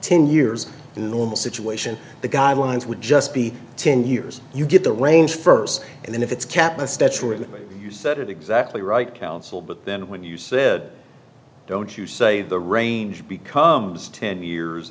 ten years in the normal situation the guidelines would just be ten years you get the range first and then if it's kept a step shortly you said it exactly right counsel but then when you said don't you say the range becomes ten years